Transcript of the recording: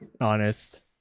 Honest